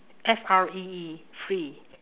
F R E E free